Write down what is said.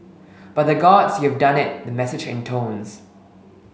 by the Gods you've done it the message intones